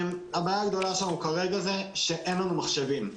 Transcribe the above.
הבעיה הגדולה שלנו כרגע היא שאין לנו מחשבים.